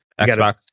Xbox